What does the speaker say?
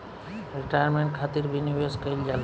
retirement खातिर भी निवेश कईल जाला